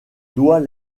doit